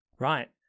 Right